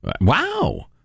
Wow